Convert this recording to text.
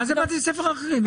מה זה בתי ספר אחרים?